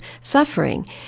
suffering